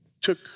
took